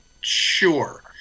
sure